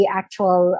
actual